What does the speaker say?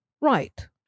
Right